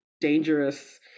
dangerous